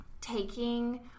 taking